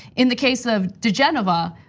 in the case of digenova,